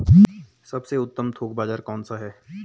सबसे उत्तम थोक बाज़ार कौन सा है?